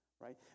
right